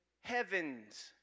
heavens